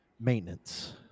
maintenance